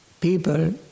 people